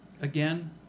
again